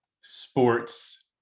sports